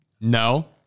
No